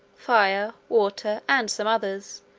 fire, water, and some others,